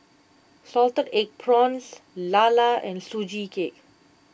Salted Egg Prawns Lala and Sugee Cake